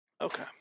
Okay